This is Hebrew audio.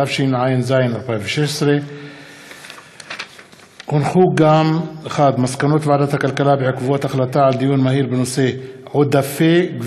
התשע"ז 2016. מסקנות ועדת הכלכלה בעקבות דיון מהיר בנושא שהעלו חברי